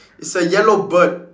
it's a yellow bird